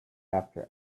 after